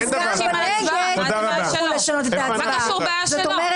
מה קשור בעיה שלו?